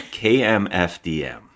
KMFDM